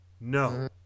No